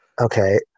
Okay